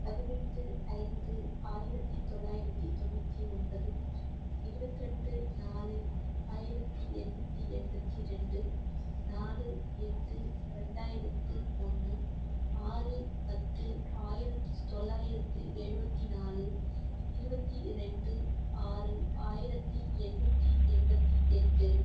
பதினெட்டு ஐந்து ஆயிரத்தி தொள்ளாயிரத்தி தொண்ணூற்றி ஒன்பது இருவத் ரெண்டு நாலு ஆயிரத்தி எண்நூற்றி எண்பத்தி ரெண்டு நாலு எட்டு ரெண்டாயிரத்து ஒன்று ஆறு பத்து ஆயிரத்தி தொள்ளாயிரத்தி எழுபத்தி நாலு இருபத்தி ரெண்டு ஆறு ஆயிரத்தி எண்நூற்றி எண்பத்தி எட்டு